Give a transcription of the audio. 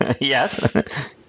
Yes